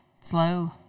slow